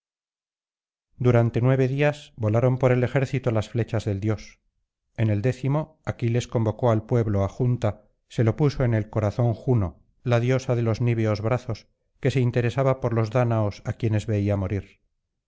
durante nueve días volaron por el ejército las flechas del dios en el décimo aquiles convocó al pueblo á junta se lo puso en el corazón juno la diosa de los niveos brazos que se interesaba por los dáñaos á quienes veía morir